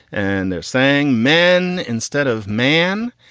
and they're saying men instead of man.